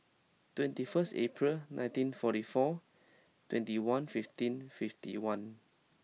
twenty first April nineteen forty four twenty one fifteen fifty one